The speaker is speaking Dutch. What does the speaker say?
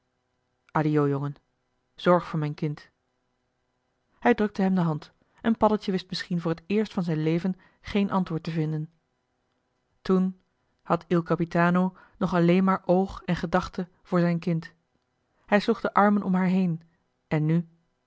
addio jongen zorg voor m'n kind hij drukte hem de hand en paddeltje wist misschien voor het eerst van zijn leven geen antwoord te vinden toen had il capitano nog alleen maar oog en gedachte voor zijn kind hij sloeg de armen om haar heen en nu